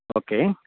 okay